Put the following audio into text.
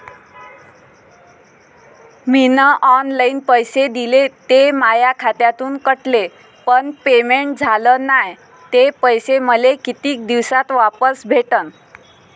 मीन online पैसे दिले, ते माया खात्यातून कटले, पण पेमेंट झाल नायं, ते पैसे मले कितीक दिवसात वापस भेटन?